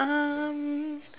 um